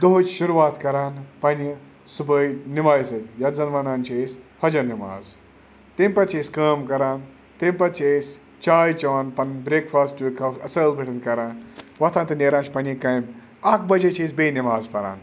دۄہٕچ شروعات کَران پنٛنہِ صُبحٲے نٮ۪مازِ سۭتۍ یَتھ زَن وَنان چھِ أسۍ فجر نٮ۪ماز تیٚمہِ پَتہٕ چھِ أسۍ کٲم کَران تمہِ پَتہٕ چھِ أسۍ چاے چٮ۪وان پَنٕنۍ برٛیکفاسٹ اَصۭل پٲٹھۍ کَران وۄتھان تہٕ نیران چھِ پَننہِ کامہِ اَکھ بَجے چھِ أسۍ بیٚیہِ نٮ۪ماز پَران